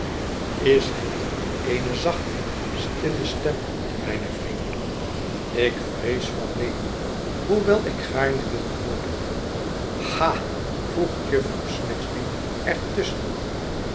is het eene zachte stille stem mijne vrienden ik vrees van neen hoewel ik gaarne wil hopen ha voegt jufvrouw snagsby er